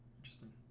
Interesting